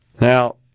Now